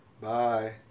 Bye